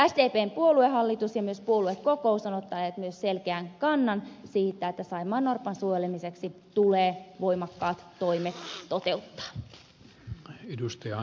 sdpn puoluehallitus ja myös puoluekokous ovat ottaneet myös selkeän kannan siitä että saimaannorpan suojelemiseksi tulee voimakkaat toimet toteuttaa